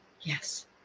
Yes